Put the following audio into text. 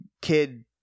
kid